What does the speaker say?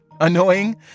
annoying